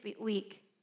week